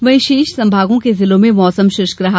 वहीं शेष संभागों के जिलों में मौसम शुष्क रहा